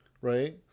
right